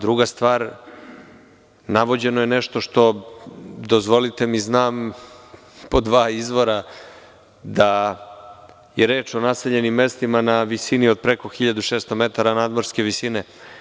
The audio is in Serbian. Druga stvar, navođeno je nešto što, dozvolite mi, znam po dva izvora da je reč o naseljenim mestima na visini od preko 1.600 metara nadmorske visine.